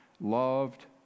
loved